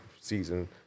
season